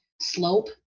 slope